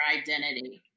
identity